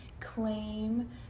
claim